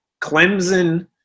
Clemson